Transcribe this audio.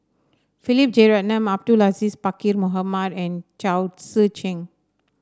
Philip Jeyaretnam Abdul Aziz Pakkeer Mohamed and Chao Tzee Cheng